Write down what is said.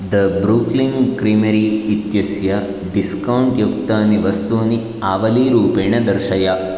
the Brooklyn creamery इत्यस्य discount युक्तानि वस्तूनि आवलीरूपेण दर्शय